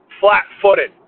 flat-footed